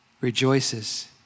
rejoices